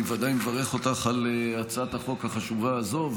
אני בוודאי מברך אותך על הצעת החוק החשובה הזו.